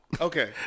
Okay